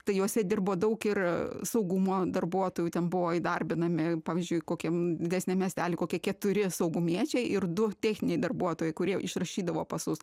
tai jose dirbo daug ir saugumo darbuotojų ten buvo įdarbinami pavyzdžiui kokiam didesniam miestely kokie keturi saugumiečiai ir du techniniai darbuotojai kurie išrašydavo pasus